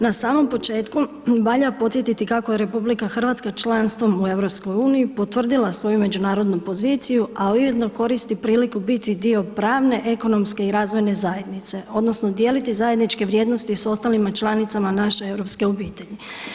Na samom početku valja podsjetiti kako je RH članstvom u EU potvrdila svoju međunarodnu poziciju, a ujedno koristi priliku biti dio pravne, ekonomske i razvojne zajednice odnosno dijeliti zajedničke vrijednosti s ostalima članicama naše Europske obitelji.